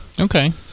Okay